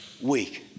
week